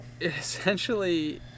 essentially